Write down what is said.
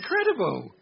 incredible